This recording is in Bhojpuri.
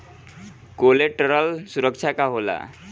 कोलेटरल सुरक्षा का होला?